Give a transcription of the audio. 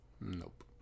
Nope